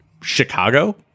chicago